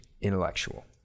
intellectual